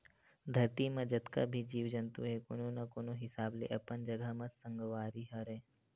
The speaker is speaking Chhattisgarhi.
धरती म जतका भी जीव जंतु हे कोनो न कोनो हिसाब ले अपन जघा म संगवारी हरय